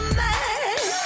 man